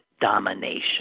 domination